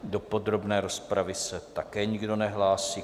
Do podrobné rozpravy se také nikdo nehlásí.